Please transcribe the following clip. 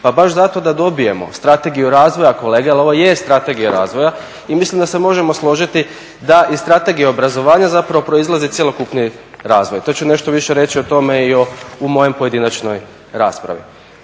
Pa baš zato da dobijemo strategiju razvoja, kolega, jer ovo je strategija razvoja i mislim da se možemo složiti da i strategija obrazovanja zapravo proizlazi cjelokupni razvoj. To ću nešto više reći o tome i u mojoj pojedinačnoj raspravi.